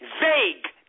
vague